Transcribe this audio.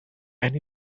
and